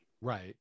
Right